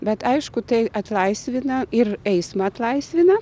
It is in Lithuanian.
bet aišku tai atlaisvina ir eismą atlaisvina